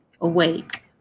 Awake